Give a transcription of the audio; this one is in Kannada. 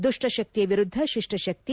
ದುಷ್ಷಶಕ್ತಿಯ ವಿರುದ್ದ ಶಿಷ್ಷ ಶಕ್ತಿ